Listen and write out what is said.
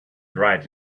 dried